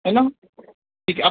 है ना ठीक आहे